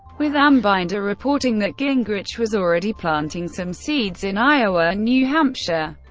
with ambinder reporting that gingrich was already planting some seeds in iowa, new hampshire.